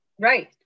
Right